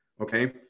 Okay